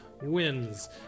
wins